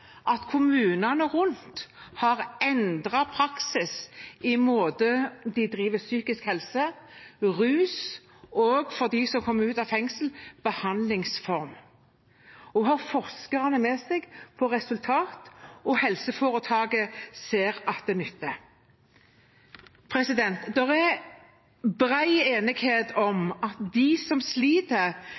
at kommunene rundt har endret praksis i måten de driver psykisk helse, rus – og for dem som kommer ut av fengsel – behandlingsform på. Hun har forskerne med seg når det gjelder resultater, og helseforetaket ser at det nytter. Det er bred enighet om at de som sliter